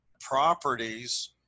properties